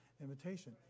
invitation